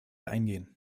eingehen